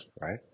right